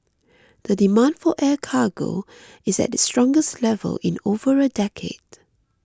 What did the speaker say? the demand for air cargo is at its strongest level in over a decade